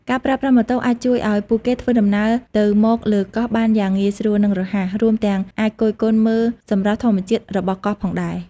ការប្រើប្រាស់ម៉ូតូអាចជួយឱ្យពួកគេធ្វើដំណើរទៅមកលើកោះបានយ៉ាងងាយស្រួល និងរហ័ស រួមទាំងអាចគយគន់មើលសម្រស់ធម្មជាតិរបស់កោះផងដែរ។